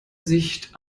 sicht